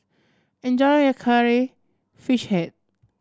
enjoy your Curry Fish Head